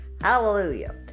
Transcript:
Hallelujah